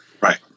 right